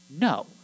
No